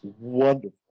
wonderful